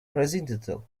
residential